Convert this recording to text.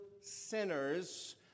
sinners